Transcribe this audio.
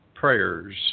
prayers